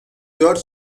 dört